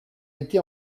été